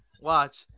Watch